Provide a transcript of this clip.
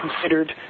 considered